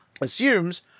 assumes